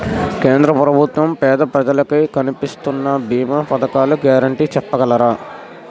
కేంద్ర ప్రభుత్వం పేద ప్రజలకై కలిపిస్తున్న భీమా పథకాల గ్యారంటీ చెప్పగలరా?